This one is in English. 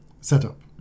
setup